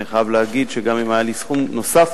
אני חייב להגיד שגם אם היה לי סכום נוסף,